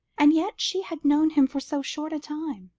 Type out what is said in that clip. and yet she had known him for so short a time,